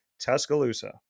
Tuscaloosa